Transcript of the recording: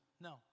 No